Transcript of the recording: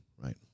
Right